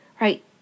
right